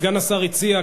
סגן השר הציע,